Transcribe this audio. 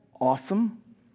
awesome